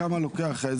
כמה לוקח?